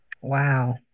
Wow